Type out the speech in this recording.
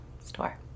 store